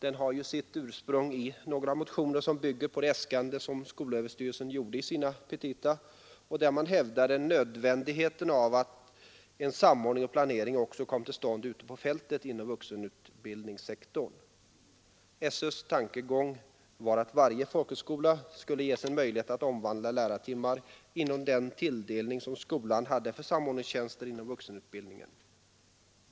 Den har sitt ursprung i några motioner som bygger på de äskanden som skolöverstyrelsen gjorde i sina petita, där man hävdade nödvändigheten av att en samordning och planering också kom till stånd ute på fältet inom vuxenutbildningssektorn. Skolöverstyrelsens tankegång var att varje folkhögskola skulle ges en möjlighet att omvandla lärartimmar inom den tilldelning som skolan hade för samordningstjänster inom vuxenutbildningen.